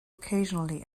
occasionally